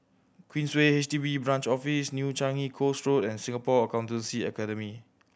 Queensway H D B Branch Office New Changi Coast Road and Singapore Accountancy Academy